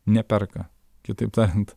neperka kitaip tariant